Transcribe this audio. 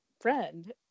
friend